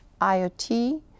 IoT